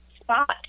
spot